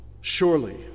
Surely